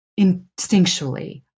instinctually